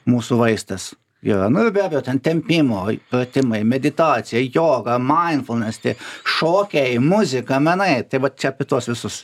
mūsų vaistas yra nu ir be abejo ten tempimo pratimai meditacija joga maindfulnesti šokiai muzika menai tai va čia apie tuos visus